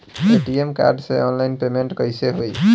ATM card से online payment कैसे होई?